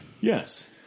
Yes